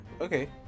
Okay